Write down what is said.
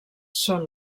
són